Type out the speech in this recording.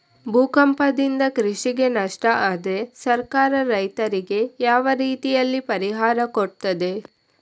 ಭೂಕಂಪದಿಂದ ಕೃಷಿಗೆ ನಷ್ಟ ಆದ್ರೆ ಸರ್ಕಾರ ರೈತರಿಗೆ ಯಾವ ರೀತಿಯಲ್ಲಿ ಪರಿಹಾರ ಕೊಡ್ತದೆ?